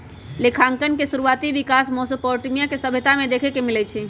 लेखांकन के शुरुआति विकास मेसोपोटामिया के सभ्यता में देखे के मिलइ छइ